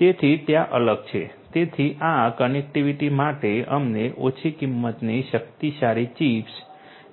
તેથી ત્યાં અલગ છે તેથી આ કનેક્ટિવિટી માટે અમને ઓછી કિંમતની શક્તિશાળી ચિપ્સ